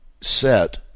Set